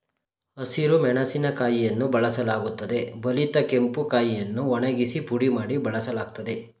ಹಸಿರು ಮೆಣಸಿನಕಾಯಿಯನ್ನು ಬಳಸಲಾಗುತ್ತದೆ ಬಲಿತ ಕೆಂಪು ಕಾಯಿಯನ್ನು ಒಣಗಿಸಿ ಪುಡಿ ಮಾಡಿ ಬಳಸಲಾಗ್ತದೆ